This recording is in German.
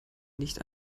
nicht